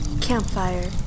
Campfire